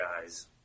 guys